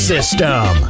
System